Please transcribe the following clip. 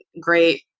great